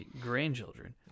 grandchildren